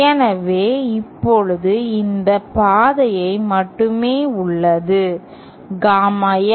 எனவே இப்போது இந்த பாதை மட்டுமே உள்ளது காமா L